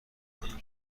کنم